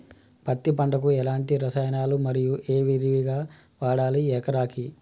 పత్తి పంటకు ఎలాంటి రసాయనాలు మరి ఎంత విరివిగా వాడాలి ఎకరాకి?